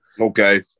Okay